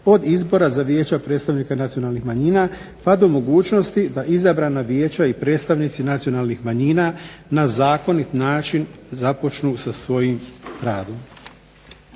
od izbora za vijeća predstavnika nacionalnih manjina pa do mogućnosti da izabrana vijeća i predstavnici nacionalnih manjina na zakonit način započnu sa svojim radom.